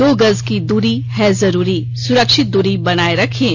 दो गज की दूरी है जरूरी सुरक्षित दूरी बनाए रखें